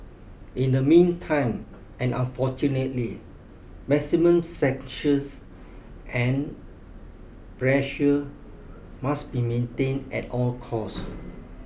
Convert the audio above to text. in the meantime and unfortunately maximum sanctions and pressure must be maintained at all costs